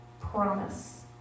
promise